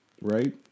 right